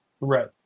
Right